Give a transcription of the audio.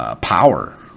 power